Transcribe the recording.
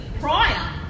prior